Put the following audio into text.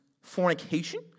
fornication